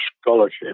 scholarship